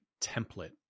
template